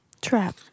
Trap